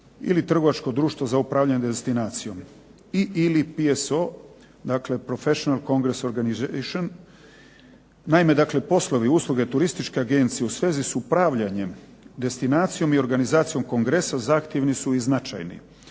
ili trgovačko društvo za upravljanje destinacijom. Ili PSO dakle professional congress organization. Naime, poslovi usluge turističke agencije u svezi s upravljanjem destinacijom i organizacijom kongresa zahtjevni su i značajni